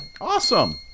Awesome